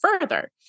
further